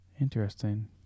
Interesting